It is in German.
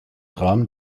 rahmen